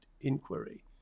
inquiry